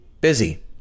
busy